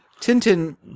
tintin